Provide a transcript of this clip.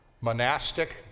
monastic